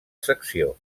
secció